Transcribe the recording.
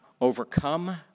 overcome